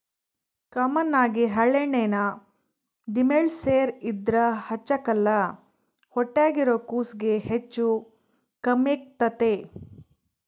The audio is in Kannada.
ಕಾಮನ್ ಆಗಿ ಹರಳೆಣ್ಣೆನ ದಿಮೆಂಳ್ಸೇರ್ ಇದ್ರ ಹಚ್ಚಕ್ಕಲ್ಲ ಹೊಟ್ಯಾಗಿರೋ ಕೂಸ್ಗೆ ಹೆಚ್ಚು ಕಮ್ಮೆಗ್ತತೆ